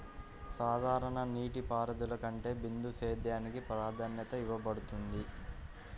సాధారణ నీటిపారుదల కంటే బిందు సేద్యానికి ప్రాధాన్యత ఇవ్వబడుతుంది